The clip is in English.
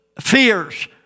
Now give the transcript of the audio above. fears